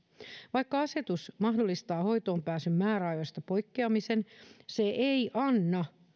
vaikka asetus mahdollistaa hoitoon pääsyn määräajoista poikkeamisen se ei anna